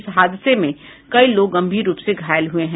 इस हादसे में कई लोग गंभीर रूप से घायल हुए है